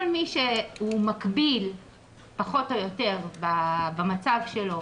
כל מי שהוא מקביל פחות או יותר במצב שלו